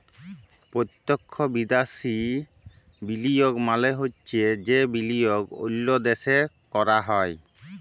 পত্যক্ষ বিদ্যাশি বিলিয়গ মালে হছে যে বিলিয়গ অল্য দ্যাশে ক্যরা হ্যয়